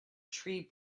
tree